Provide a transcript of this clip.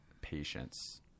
patience